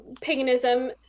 paganism